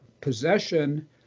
possession